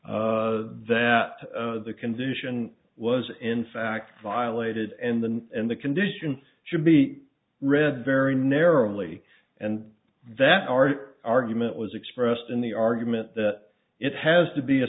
that the condition was in fact violated and then and the condition should be read very narrowly and that our argument was expressed in the argument that it has to be a